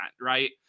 right